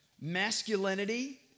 masculinity